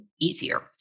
easier